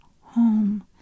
home